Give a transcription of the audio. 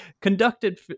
conducted